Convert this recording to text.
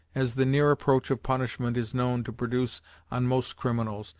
as the near approach of punishment is known to produce on most criminals,